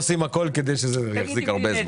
אנחנו עושים הכל כדי שזה יחזיק הרבה זמן.